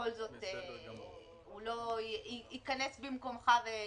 בכל זאת לא ייכנס במקומך.